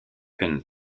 hunt